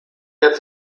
der